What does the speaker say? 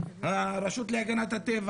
כל העמותות ששלחו לנו הרשות להגנת הטבע,